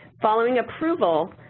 following approval,